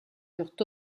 furent